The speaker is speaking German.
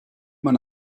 man